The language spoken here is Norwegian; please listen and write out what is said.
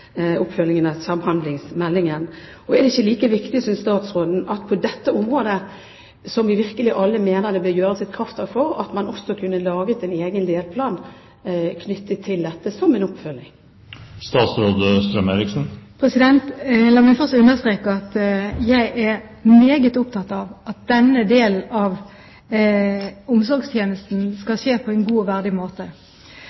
oppfølgingen av omsorgsmeldingen og for den del oppfølgingen av samhandlingsmeldingen? Synes ikke statsråden det er like viktig at man, som en oppfølging på dette området, hvor alle mener det virkelig bør gjøres et krafttak, også kunne laget en egen delplan? La meg først understreke at jeg er meget opptatt av at denne delen av omsorgstjenesten skal